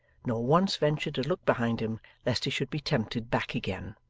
nor once ventured to look behind him lest he should be tempted back again.